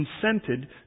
consented